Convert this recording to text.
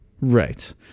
right